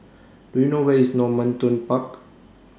Do YOU know Where IS Normanton Park